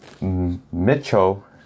Mitchell